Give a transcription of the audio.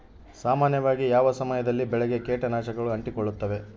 ಸಾಮಾನ್ಯವಾಗಿ ಯಾವ ಸಮಯದಲ್ಲಿ ಬೆಳೆಗೆ ಕೇಟನಾಶಕಗಳು ಅಂಟಿಕೊಳ್ಳುತ್ತವೆ?